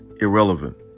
irrelevant